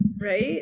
right